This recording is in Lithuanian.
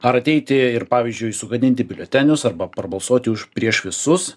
ar ateiti ir pavyzdžiui sugadinti biuletenius arba prabalsuoti už prieš visus